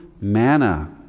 manna